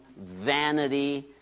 vanity